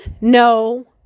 No